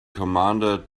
commander